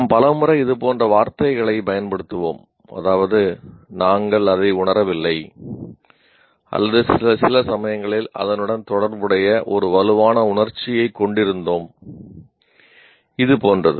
நாம் பலமுறை இது போன்ற வார்த்தைகளை பயன்படுத்துவோம் அதாவது 'நாங்கள் அதை உணரவில்லை' அல்லது 'சில சமயங்களில் அதனுடன் தொடர்புடைய ஒரு வலுவான உணர்ச்சியைக் கொண்டிருக்கிறோம்' அது போன்றது